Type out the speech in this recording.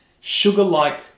sugar-like